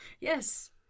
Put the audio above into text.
Yes